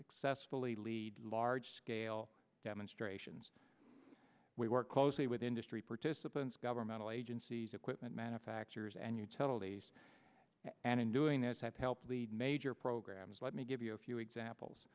really lead large scale demonstrations we work closely with industry participants governmental agencies equipment manufacturers and you tell elise and in doing this have helped lead major programs let me give you a few examples